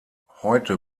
heute